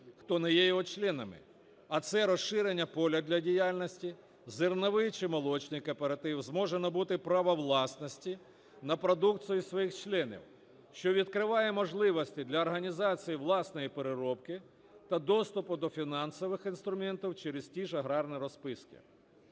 хто не є його членами, а це розширення поля для діяльності: зерновий чи молочний кооператив зможе набути право власності на продукцію своїх членів, що відкриває можливості для організацій власної переробки та доступу до фінансових інструментів через ті ж аграрні розписки.